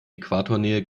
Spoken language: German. äquatornähe